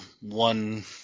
one